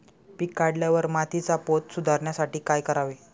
पीक काढल्यावर मातीचा पोत सुधारण्यासाठी काय करावे?